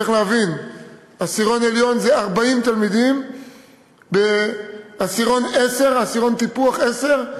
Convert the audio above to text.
צריך להבין שבעשירון עליון זה 40 תלמידים ובעשירון טיפוח 10,